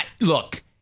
look